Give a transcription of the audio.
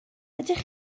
ydych